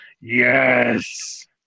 Yes